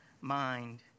mind